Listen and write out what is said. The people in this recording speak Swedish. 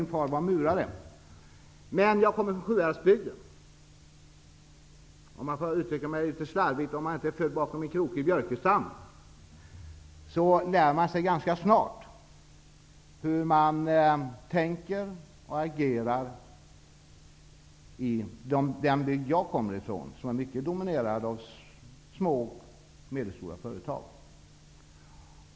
Min far var murare. Jag kommer från Sjuhäradsbygden. Slarvigt uttryckt kan det sägas att om man inte är född bakom en krokig björkestam, lär man sig ganska snart hur människor tänker och agerar i den bygd som jag kommer ifrån. Den bygden domineras av små och medelstora företag.